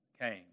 came